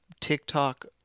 TikTok